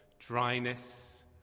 Dryness